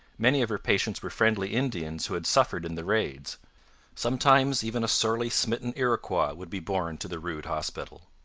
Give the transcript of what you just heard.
many of her patients were friendly indians who had suffered in the raids sometimes even a sorely smitten iroquois would be borne to the rude hospital.